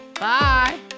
Bye